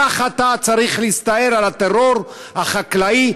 כך אתה צריך להסתער על הטרור החקלאי,